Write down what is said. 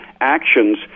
actions